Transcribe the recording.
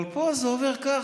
אבל פה זה עובר ככה,